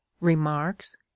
remarks